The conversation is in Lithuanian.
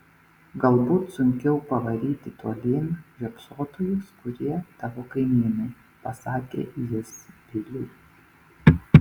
galbūt sunkiau pavaryti tolyn žiopsotojus kurie tavo kaimynai pasakė jis biliui